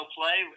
play